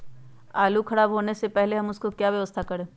आलू खराब होने से पहले हम उसको क्या व्यवस्था करें?